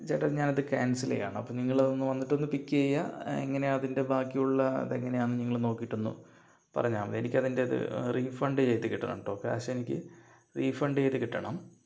ചേട്ടാ ഞാനത് ക്യാൻസൽ ചെയ്യുകയാണ് അപ്പോൾ നിങ്ങളതൊന്ന് വന്നിട്ട് പിക്ക് ചെയ്യുക എങ്ങനെയാണ് അതിൻ്റെ ബാക്കിയുള്ള അതെങ്ങനെയാണെന്ന് നിങ്ങൾ നോക്കിയിട്ടൊന്ന് പറഞ്ഞാൽമതി എനിക്കതിൻ്റെത് റീഫണ്ട് ചെയ്ത് കിട്ടണം കേട്ടോ കാശെനിക്ക് റീഫണ്ട് ചെയ്തു കിട്ടണം